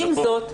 עם זאת,